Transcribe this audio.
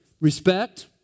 Respect